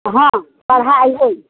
हँ पढ़ाइ अइ